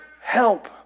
help